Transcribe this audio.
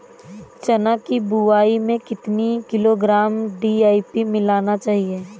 चना की बुवाई में कितनी किलोग्राम डी.ए.पी मिलाना चाहिए?